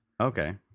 Okay